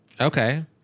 okay